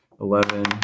eleven